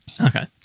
okay